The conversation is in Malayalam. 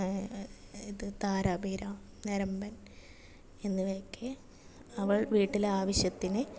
ഇത് താര പീര ഞരമ്പൻ എന്നിവയൊക്കെ അവൾ വീട്ടിലെ ആവശ്യത്തിന്